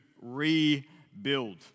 rebuild